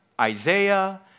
Isaiah